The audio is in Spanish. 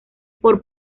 por